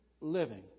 living